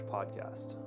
Podcast